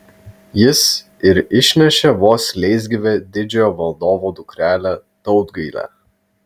jis ir išnešė vos leisgyvę didžiojo valdovo dukrelę tautgailę